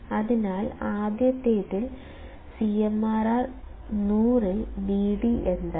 അതിനാൽ ആദ്യത്തേതിൽ CMRR 100 Vd എന്താണ്